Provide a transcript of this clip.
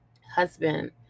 husband